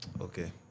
Okay